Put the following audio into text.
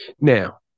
Now